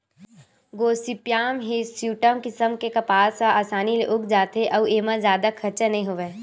Gossypium hirsutum किसम के कपसा ह असानी ले उग जाथे अउ एमा जादा खरचा नइ आवय